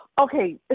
Okay